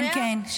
כן, כן.